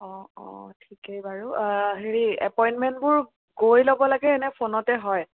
অঁ অঁ ঠিকেই বাৰু হেৰি এপইণ্টমেণ্টবোৰ গৈ ল'ব লাগে নে ফোনতে হয়